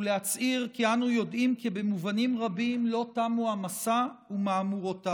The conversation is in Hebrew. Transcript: ולהצהיר כי אנו יודעים כי במובנים רבים לא תמו המסע ומהמורותיו.